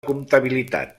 comptabilitat